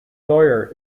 lawyer